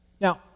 Now